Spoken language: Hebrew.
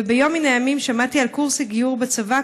וביום מן הימים שמעתי על קורס הגיור בצבא,